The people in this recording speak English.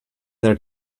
there